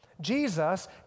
Jesus